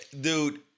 dude